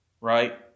right